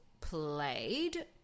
played